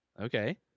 Okay